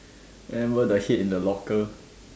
then remember the head in the locker